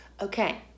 Okay